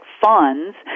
funds